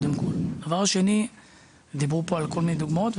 דבר שני - דיברו פה על כל מיני דוגמאות,